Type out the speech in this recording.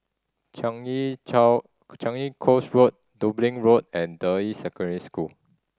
Changi Changi Coast Road Dublin Road and Deyi Secondary School